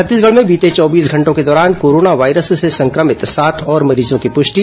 छत्तीसगढ़ में बीते चौबीस घंटों के दौरान कोरोना वायरस से संक्रमित सात और मरीजों की प्रष्टि